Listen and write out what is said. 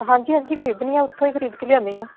ਹਾਂਜੀ ਹਾਂਜੀ ਖ਼ਰੀਦਣੀਆਂ ਉੱਥੋ ਹੀ ਖ਼ਰੀਦ ਕੇ ਲਿਆਂਦੀ ਆਂ